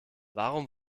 warum